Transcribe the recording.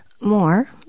more